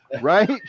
right